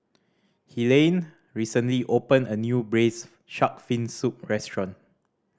Helaine recently opened a new Braised Shark Fin Soup restaurant